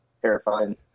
terrifying